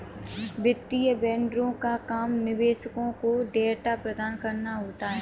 वित्तीय वेंडरों का काम निवेशकों को डेटा प्रदान कराना होता है